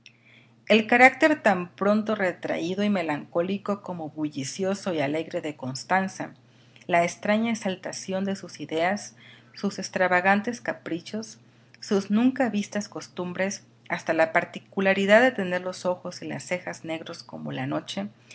el carácter tan pronto retraído y melancólico como bullicioso y alegre de constanza la extraña exaltación de sus ideas sus extravagantes caprichos sus nunca vistas costumbres hasta la particularidad de tener los ojos y las cejas negros como la noche